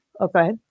Okay